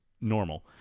normal